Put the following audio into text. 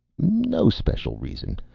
no special reason.